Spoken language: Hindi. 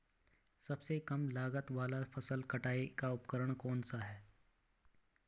सबसे कम लागत वाला फसल कटाई का उपकरण कौन सा है?